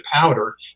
powder